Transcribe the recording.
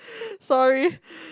sorry